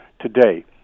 today